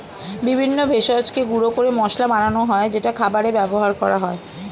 বিভিন্ন ভেষজকে গুঁড়ো করে মশলা বানানো হয় যেটা খাবারে ব্যবহার করা হয়